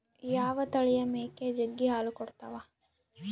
ಯಾವ ತಳಿಯ ಮೇಕೆ ಜಗ್ಗಿ ಹಾಲು ಕೊಡ್ತಾವ?